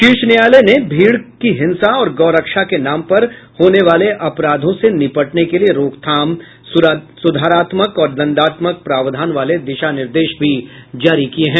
शीर्ष न्यायालय ने भीड़ की हिंसा और गौ रक्षा के नाम पर होने वाले अपराधों से निपटने के लिए रोकथाम सुधारात्मक और दंडात्मक प्रावधान वाले दिशा निर्देश भी जारी किए हैं